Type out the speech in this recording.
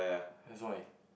that is why